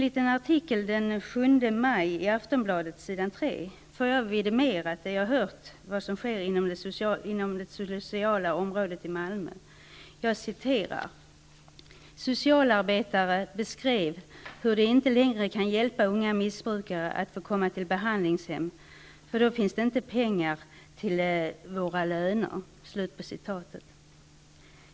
I en artikel i Aftonbladet från den 7 maj, s. 3, får jag det jag hört om vad som sker inom det sociala området i Malmö vidimerat. I artikeln sägs: ''Socialarbetare beskrev hur de inte längre kan hjälpa unga missbrukare att få komma till behandlingshem ''för då finns det inte pengar till våra löner'.''